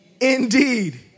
indeed